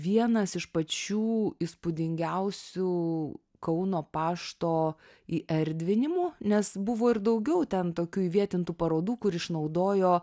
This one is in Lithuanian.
vienas iš pačių įspūdingiausių kauno pašto įerdvinimų nes buvo ir daugiau ten tokių įvietintų parodų kur išnaudojo